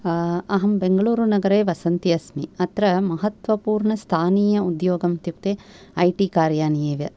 अहं बेङ्गलूरु नगरे वसन्ती अस्मि अत्र महत्वपूर्णस्थानीय उद्योगम् इत्युक्ते ऐ टि कार्याणि एव